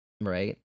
Right